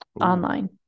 online